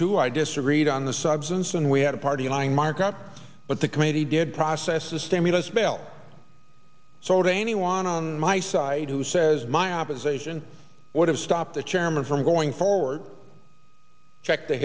two i disagreed on the substance and we had a party line markup but the committee did process the stimulus bill so to anyone on my side who says my opposition would have stopped the chairman from going forward check the